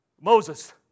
Moses